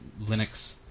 Linux